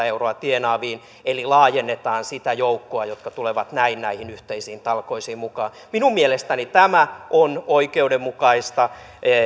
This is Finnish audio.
euroa tienaaviin eli laajennetaan sitä joukkoa joka tulee näin näihin yhteisiin talkoisiin mukaan minun mielestäni tämä on oikeudenmukaista